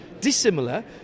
dissimilar